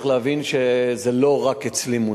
צריך להבין שזה לא מונח רק אצלי.